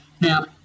Now